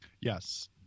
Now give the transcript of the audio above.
yes